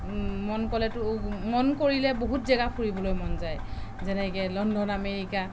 মন গ'লেতো মন কৰিলে বহুত জেগা ফুৰিবলৈ মন যায় যেনেকৈ লণ্ডন আমেৰিকা